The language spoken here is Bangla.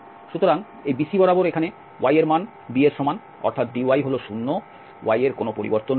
সুতরাং এই BC বরাবর এখানে y এর মান b এর সমান অর্থাৎ dy হল 0 y এর কোনও পরিবর্তন নেই